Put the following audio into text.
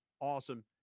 awesome